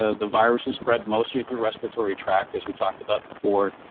ah the virus is spread mostly through respiratory tract as we talked about before.